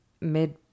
mid